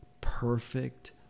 perfect